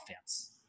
offense